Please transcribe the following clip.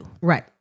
Right